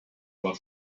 war